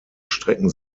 strecken